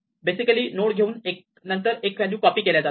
basically node घेऊन एका नंतर एक व्हॅल्यू कॉपी केल्या जातात